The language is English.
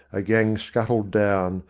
a gang scuttled down,